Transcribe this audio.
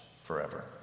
forever